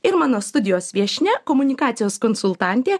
ir mano studijos viešnia komunikacijos konsultantė